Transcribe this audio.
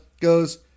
goes